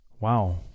Wow